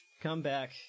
comeback